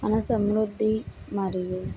మన సమృద్ధి మరియు